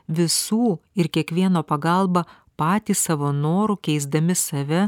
visų ir kiekvieno pagalba patys savo noru keisdami save